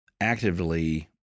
actively